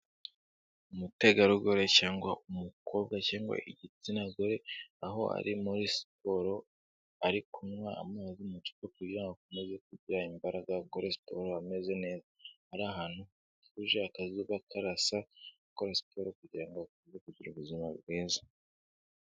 Umutegarugori cyangwa umukobwa cyangwa igitsina gore aho ari muri siporo ari kunywa amazi mu icupa kugira ngo akomeze kugira imbaraga akore siporo ameze neza, ari ahantu hatuje, akazuba karasa, akora siporo kugira ngo akomeze kugira ubuzima bwiza.